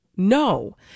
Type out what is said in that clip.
No